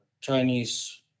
Chinese